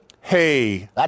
hey